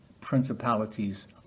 principalities